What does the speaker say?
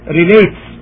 relates